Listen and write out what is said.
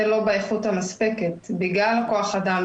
לא באיכות מספקת בגלל המחסור בכוח אדם,